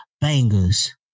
bangers